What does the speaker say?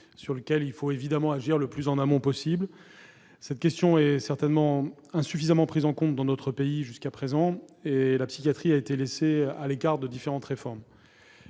sur lequel il faut évidemment agir le plus en amont possible. Cette question est certainement insuffisamment prise en compte dans notre pays jusqu'à présent, et la psychiatrie a été laissée à l'écart des différentes réformes.